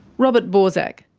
robert borsak.